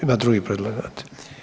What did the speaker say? Ima drugi predlagatelj.